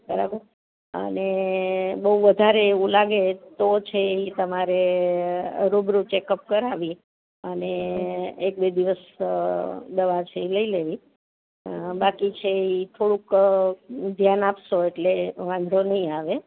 બરાબર અને બુ વધારે એવું લાગે તો છે તમારે રૂબરૂ ચેકઅપ કરાવી અને એક બે દિવસ દવા જોઈ લઈ લેવી બાકી છે ઈ થોડુંક ધ્યાન આપશો એટલે વાંધો નઇ આવે